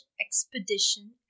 expedition